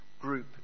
group